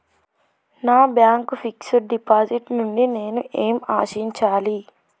నా bank fixed deposit నుండి నేను ఏమి ఆశించాలి?